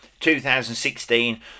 2016